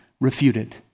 refuted